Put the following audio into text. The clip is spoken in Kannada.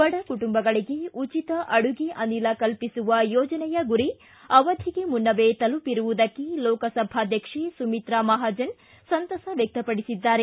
ಬಡ ಕುಟುಂಬಗಳಿಗೆ ಉಚಿತ ಅಡುಗೆ ಅನಿಲ ಕಲ್ಪಿಸುವ ಯೋಜನೆಯ ಗುರಿ ಅವಧಿಗೆ ಮುನ್ನವೆ ತಲುಪಿರುವುದಕ್ಕೆ ಲೋಕಸಭಾಧ್ಯಕ್ಷ ಸುಮಿತ್ರಾ ಮಹಾಜನ್ ಸಂತಸ ವ್ಯಕ್ತಪಡಿಸಿದ್ದಾರೆ